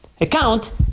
account